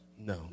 No